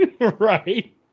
Right